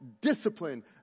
discipline